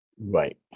right